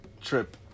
trip